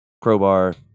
Crowbar